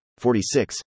46